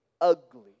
ugly